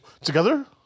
together